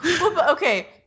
okay